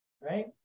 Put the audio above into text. right